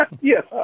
Yes